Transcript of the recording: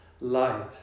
Light